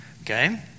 okay